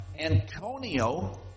Antonio